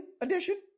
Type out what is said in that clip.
edition